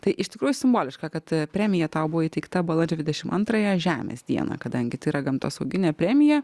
tai iš tikrųjų simboliška kad premija tau buvo įteikta balandžio dvidešim antrąją žemės dieną kadangi tai yra gamtosauginė premija